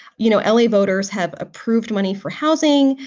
you know, l a. voters have approved money for housing.